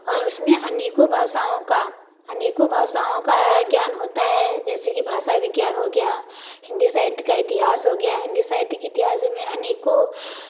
और उसमें अनेकों भाषाओं का अनेकों भाषाओं का ज्ञान होता है जैसे कि भाषा विज्ञान हो गया हिंदी साहित्य का इतिहास हो गया हिंदी साहित्य के इतिहास हमें अनेकों